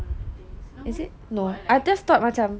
one of the things no meh but like